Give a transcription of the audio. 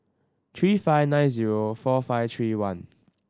three five nine zero four five three one